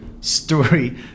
story